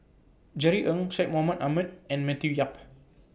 Jerry Ng Syed Mohamed Ahmed and Matthew Yap